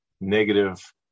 negative